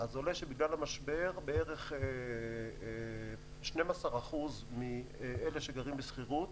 אז עולה שבגלל המשבר בערך 12% מאלה שגרים בשכירות